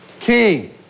king